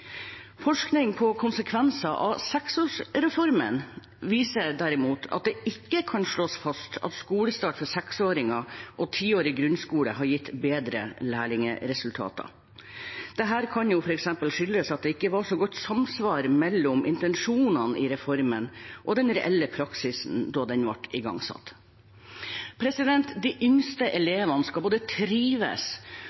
Forskning på konsekvenser av seksårsreformen viser derimot at det ikke kan slås fast at skolestart for seksåringer og tiårig grunnskole har gitt bedre læringsresultater. Dette kan f.eks. skyldes at det ikke var så godt samsvar mellom intensjonene i reformen og den reelle praksisen da den ble igangsatt. De yngste